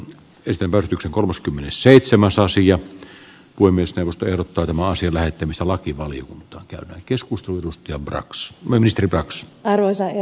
lisävärityksen kolmaskymmenesseitsemäs aasi ja huimista erottautumaan sillä että missä lakivaliokunta on käynyt joskus tuntuu ja brax ministeri arvoisa herra puhemies